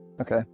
Okay